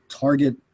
target –